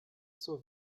zur